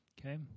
Okay